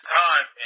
time